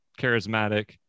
charismatic